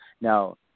Now